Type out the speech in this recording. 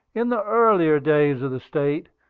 in the earlier days of the state,